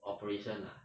operation ah